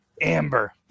Amber